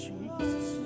Jesus